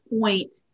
point